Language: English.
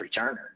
returner